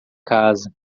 casa